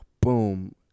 boom